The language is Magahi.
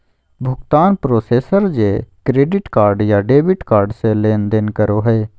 भुगतान प्रोसेसर जे क्रेडिट कार्ड या डेबिट कार्ड से लेनदेन करो हइ